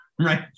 right